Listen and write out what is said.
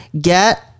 get